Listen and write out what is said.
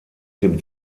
dem